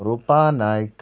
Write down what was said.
Rupa Naik